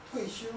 退休